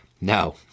no